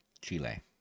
chile